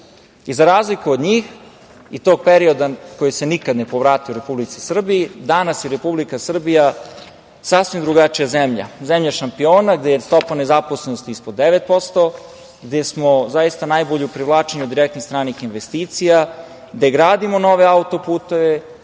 razliku od njih i tog perioda koji se nikad ne povratio u Republici Srbiji, danas je Republika Srbija sasvim drugačija zemlja. Zemlja šampiona, gde je stopa nezaposlenosti ispod 9%, gde smo zaista najbolji u privlačenju direktnih stranih investicija, gde gradimo nove autoputeve,